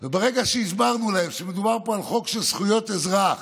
וברגע שהסברנו להם שמדובר פה על חוק של זכויות אזרח,